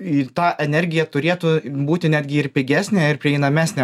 į tą energija turėtų būti netgi ir pigesnė ir prieinamesnė